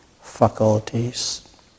faculties